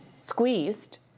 squeezed